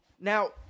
now